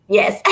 yes